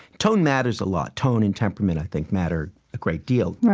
tone matters a lot. tone and temperament, i think, matter a great deal.